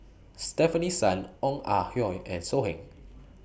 Stefanie Sun Ong Ah Hoi and So Heng